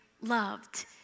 loved